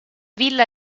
villa